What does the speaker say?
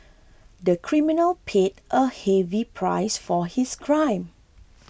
the criminal paid a heavy price for his crime